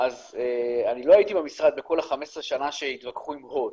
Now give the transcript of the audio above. אני לא הייתי במשרד בכל 15 השנה שהתווכחו עם הוט,